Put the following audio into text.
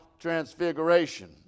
transfiguration